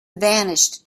vanished